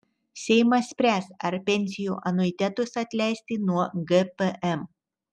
seimas spręs ar pensijų anuitetus atleisti nuo gpm